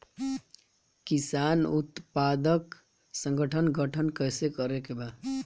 किसान उत्पादक संगठन गठन कैसे करके बा?